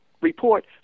report